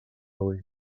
hui